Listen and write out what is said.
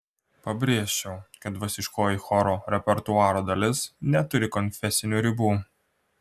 pabrėžčiau kad dvasiškoji choro repertuaro dalis neturi konfesinių ribų